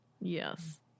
yes